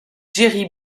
jerry